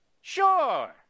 Sure